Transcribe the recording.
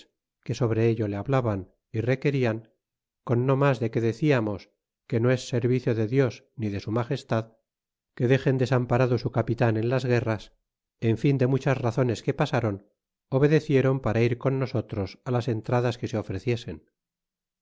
que sobre ello le hablaban y requedan con no mas de que deciamos que no es servicio de dios ni de su magestad que dexen desamparado su capitan en las guerras en fin de muchas razones que pasáron obcdeciéron para ir con nosotros á las entradas que se ofreciesen